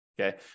okay